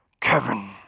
Kevin